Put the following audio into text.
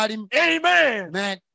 Amen